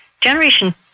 Generation